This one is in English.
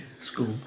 school